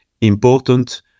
important